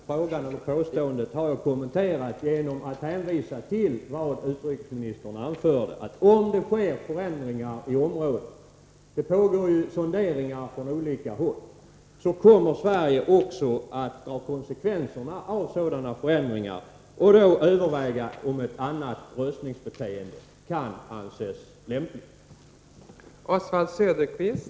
Fru talman! Det nu upprepade påståendet har jag redan kommenterat genom att hänvisa till vad utrikesministern anförde, att om det sker förändringar i förhandlingsläget — det pågår ju sonderingar från olika håll — kommer Sverige också att dra konsekvenserna av sådana förändringar och överväga om ett annat ställningstagande i röstningshänseende kan anses lämpligt.